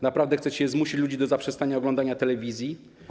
Naprawdę chcecie zmusić ludzi do zaprzestania oglądania telewizji?